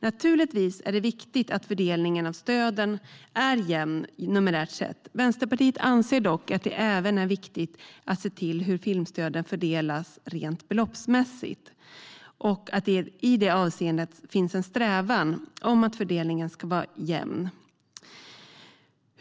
Naturligtvis är det viktigt att fördelningen av stöden är jämn numerärt sett. Vänsterpartiet anser dock att det även är viktigt att se till hur filmstöden fördelas rent beloppsmässigt och att det i det avseendet ska finnas en strävan efter att fördelningen ska vara jämn.